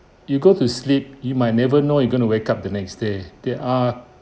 you go to sleep you might never know you gonna wake up the next day there are